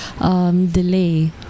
delay